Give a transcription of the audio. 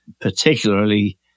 particularly